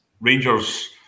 Rangers